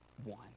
one